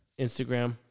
Instagram